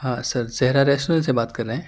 ہاں sir Zahra restaurant سے بات کر رہے ہیں